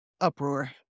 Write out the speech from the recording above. uproar